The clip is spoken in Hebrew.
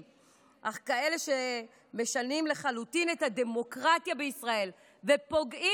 אך לא כאלה שמשנים לחלוטין את הדמוקרטיה בישראל ופוגעים בראש